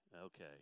okay